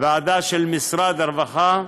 ועדה של משרד הרווחה,